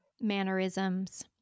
mannerisms